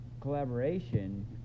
collaboration